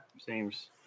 Seems